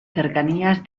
cercanías